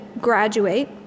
graduate